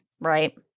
right